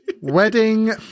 Wedding